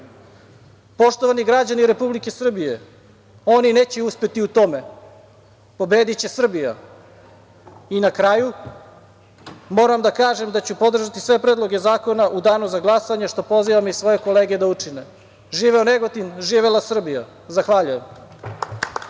dolazim. Poštovani građani Republike Srbije oni neće uspeti u tome, pobediće Srbija. Na kraju, moram da kažem da ću podržati sve predloge zakona u danu za glasanje, što pozivam i svoje kolege da učine. Živeo Negotin, živela Srbija. Zahvaljujem.